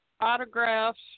Autographs